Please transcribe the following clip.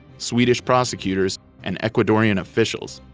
swedish prosecutors, and ecuadorian officials.